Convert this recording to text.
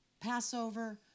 Passover